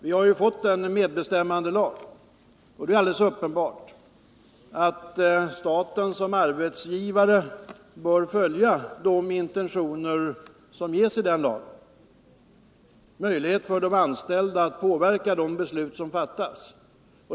Vi har ju fått en medbestämmandelag, och det är uppenbart att staten som arbetsgivare bör följa den lagens intentioner, att de anställda skall få möjlighet att påverka de beslut som fattas.